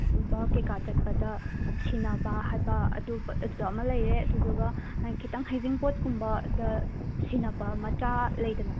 ꯕ ꯀꯩꯀꯥ ꯆꯠꯄꯗ ꯁꯤꯅꯕ ꯍꯥꯏꯕ ꯑꯗꯨ ꯑꯗꯨꯗ ꯑꯃꯥ ꯂꯩꯔꯦ ꯑꯗꯨꯗꯨꯒ ꯑꯥ ꯈꯤꯇꯪ ꯍꯩꯖꯤꯡꯄꯣꯠꯀꯨꯝꯕꯗ ꯁꯤꯅꯕ ꯃꯆꯥ ꯂꯩꯗꯅ